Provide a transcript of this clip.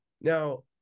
Now